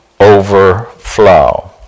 overflow